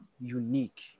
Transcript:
unique